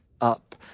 up